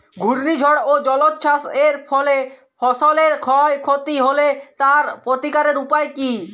ঘূর্ণিঝড় ও জলোচ্ছ্বাস এর ফলে ফসলের ক্ষয় ক্ষতি হলে তার প্রতিকারের উপায় কী?